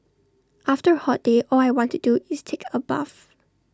after A hot day all I want to do is take A bath